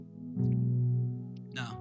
No